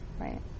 Right